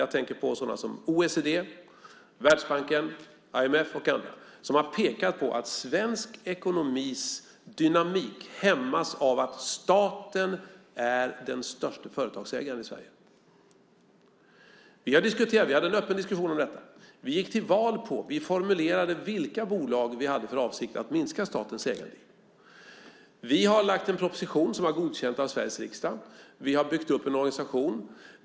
Jag tänker på sådana som OECD, Världsbanken, IMF och andra som har pekat på att svensk ekonomis dynamik hämmas av att staten är den största företagsägaren i Sverige. Vi hade en öppen diskussion om detta. Vi formulerade vilka bolag vi hade för avsikt att minska statens ägande i och gick till val på det. Vi har lagt fram en proposition som har godkänts av Sveriges riksdag. Vi har byggt upp en organisation.